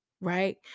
right